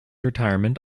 retirement